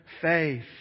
faith